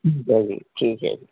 ਠੀਕ ਹੈ ਜੀ ਠੀਕ ਹੈ